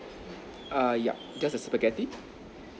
err yup because there's spaghetti